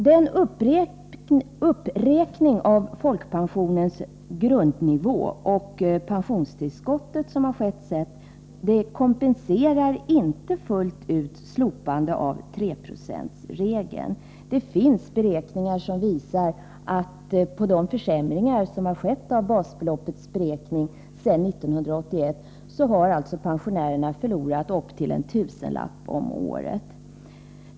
Den uppräkning av folkpensionens grundnivå och pensionstillskottet som har skett sedan kompenserar inte fullt ut slopandet av 3-procentsregeln. Det finns beräkningar som visar att pensionärerna till följd av de försämringar som skett av basbeloppsberäkningen sedan 1981 har förlorat upp till en tusenlapp om året.